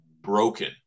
broken